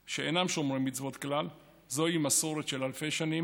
שאינם שומרי מצוות כלל, זוהי מסורת של אלפי שנים,